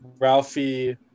Ralphie